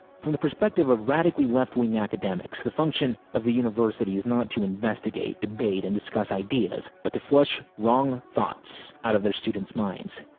from the perspective of radically left-wing academics, the function of the university is not to investigate, debate and discuss ideas, but to flush wrong thoughts out of their students' minds.